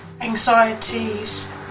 anxieties